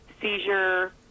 seizure